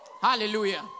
Hallelujah